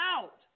out